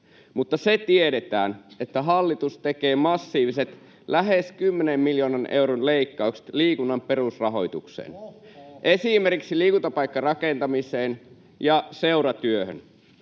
Mutta se tiedetään, että hallitus tekee massiiviset, lähes kymmenen miljoonan euron leikkaukset liikunnan perusrahoitukseen, [Eduskunnasta: Ohhoh!] esimerkiksi liikuntapaikkarakentamiseen ja seuratyöhön.